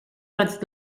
raig